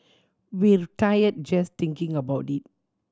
we're tired just thinking about it